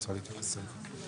הסתייגויות של סיעת "יש עתיד"?